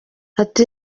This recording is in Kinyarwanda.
ati